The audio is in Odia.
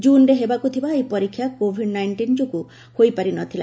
କୁନ୍ରେ ହେବାକୁ ଥିବା ଏହି ପରୀକ୍ଷା କୋଭିଡ୍ ନାଇକ୍କନ୍ ଯୋଗୁଁ ହୋଇପାରି ନ ଥିଲା